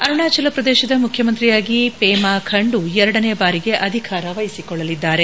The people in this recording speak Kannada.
ಅರುಣಾಚಲಪ್ರದೇಶದ ಮುಖ್ಯಮಂತ್ರಿಯಾಗಿ ಪೇಮಾ ಖಂಡು ಎರಡನೇ ಬಾರಿಗೆ ಅಧಿಕಾರ ವಹಿಸಿಕೊಳ್ಳಲಿದ್ದಾರೆ